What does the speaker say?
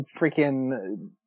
freaking